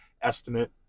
estimate